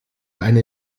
eine